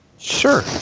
Sure